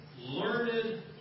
learned